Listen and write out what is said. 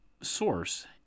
source